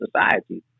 society